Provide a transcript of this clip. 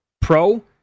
Pro